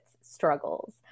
struggles